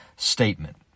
Statement